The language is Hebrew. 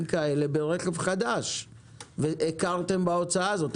כאלה ברכב חדש והכרתם בהוצאה הזאת.